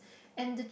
and